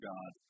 God